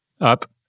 Up